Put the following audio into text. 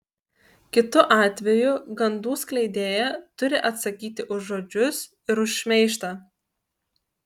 kitu atveju gandų skleidėja turi atsakyti už žodžius ir už šmeižtą